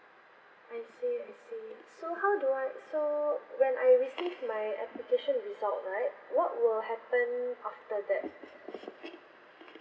I see I see so how do I so when I receive my application result right what will happen after that